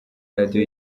radio